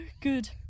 good